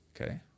Okay